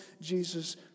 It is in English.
Jesus